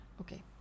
Okay